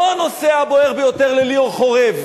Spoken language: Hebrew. לא הנושא הבוער ביותר לליאור חורב.